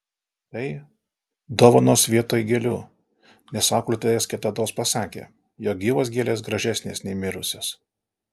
tai dovanos vietoj gėlių nes auklėtojas kitados pasakė jog gyvos gėlės gražesnės nei mirusios